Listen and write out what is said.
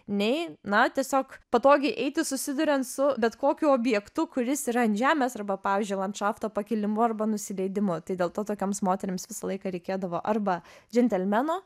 nei na tiesiog patogiai eiti susiduriant su bet kokiu objektu kuris yra ant žemės arba pavyzdžiui landšafto pakilimu arba nusileidimu tai dėl to tokioms moterims visą laiką reikėdavo arba džentelmeno